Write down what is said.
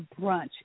brunch